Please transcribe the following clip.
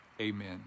Amen